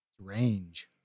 range